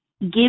give